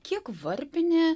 kiek varpinė